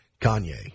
Kanye